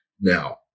now